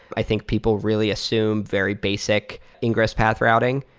i think people really assume very basic ingress path routing.